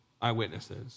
eyewitnesses